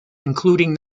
including